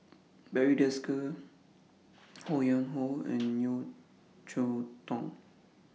Barry Desker Ho Yuen Hoe and Yeo Cheow Tong